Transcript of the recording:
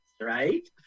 right